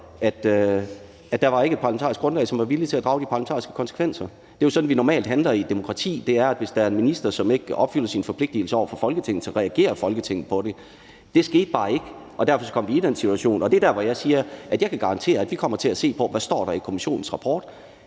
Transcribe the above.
at der ikke var et parlamentarisk grundlag, som var villige til at drage de parlamentariske konsekvenser. Det er sådan, vi normalt handler i et demokrati: Hvis der er en minister, som ikke opfylder sin forpligtigelse over for Folketinget, så reagerer Folketinget på det. Det skete bare ikke, og derfor kom vi i den situation. Og det er der, hvor jeg siger, at jeg kan garantere, at vi kommer til at se på, hvad der står i kommissionens rapport.